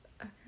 okay